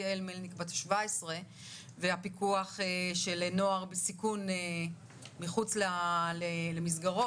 יעל מלניק בת ה-17 והפיקוח של נוער בסיכון מחוץ למסגרות.